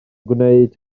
gwneud